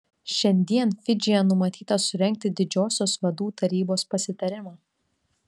šiandien fidžyje numatyta surengti didžiosios vadų tarybos pasitarimą